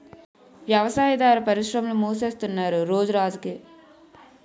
వ్యవసాయాదార పరిశ్రమలు మూసేస్తున్నరు రోజురోజకి